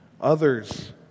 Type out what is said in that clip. Others